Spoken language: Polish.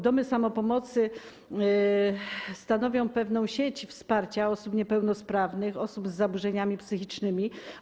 Domy samopomocy stanowią sieć wsparcia osób niepełnosprawnych, osób z zaburzeniami psychicznymi.